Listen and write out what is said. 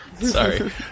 sorry